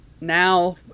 now